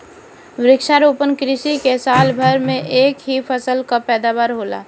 वृक्षारोपण कृषि में साल भर में एक ही फसल कअ पैदावार होला